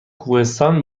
کوهستان